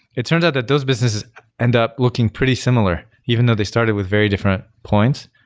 it turns out that those businesses end up looking pretty similar even though they started with very different points,